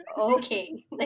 okay